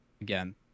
again